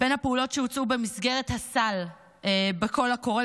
שהוצעו במסגרת הסל בקול הקורא,